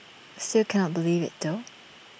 still cannot believe IT though